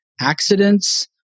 accidents